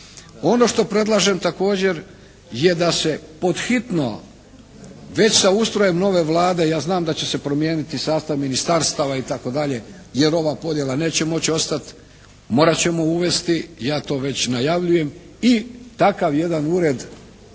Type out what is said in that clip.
ono što predlažem također je da se pod hitno već sa ustrojem nove Vlade, ja znam da će se promijeniti sastav ministarstava itd. jer ova podjela neće moći ostati, morat ćemo uvesti, ja to već najavljujem i takav jedan ured,